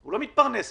הוא לא מתפרנס מזה.